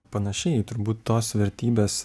panašiai turbūt tos vertybės